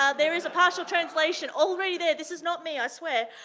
ah there is a partial translation already there. this is not me, i swear,